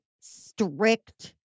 strict